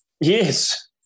Yes